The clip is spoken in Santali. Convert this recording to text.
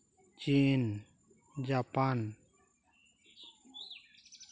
ᱪᱤᱱ ᱡᱟᱯᱟᱱ